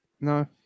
No